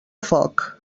foc